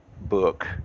Book